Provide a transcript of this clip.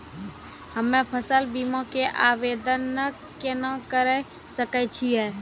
हम्मे फसल बीमा के आवदेन केना करे सकय छियै?